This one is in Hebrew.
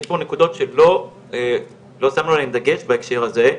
יש פה נקודות שלא שמו עליהם דגש בהקשר הזה.